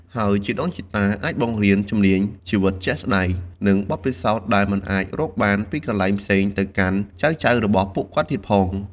ហើយជីដូនជីតាអាចបង្រៀនជំនាញជីវិតជាក់ស្តែង និងបទពិសោធន៍ដែលមិនអាចរកបានពីកន្លែងផ្សេងទៅកាន់ចៅៗរបស់ពួកគាត់ទៀងផង។